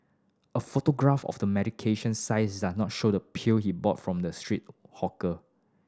a photograph of the medication does not show the pill he bought from the street hawker